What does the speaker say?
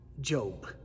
Job